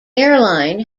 airline